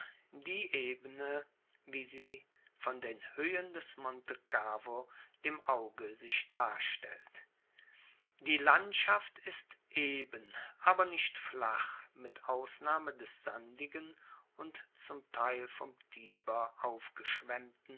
die ebene wie sie von den hoehen des monte cavo dem auge sich darstellt die landschaft ist eben aber nicht flach mit ausnahme des sandigen und zum teil vom